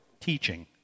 teaching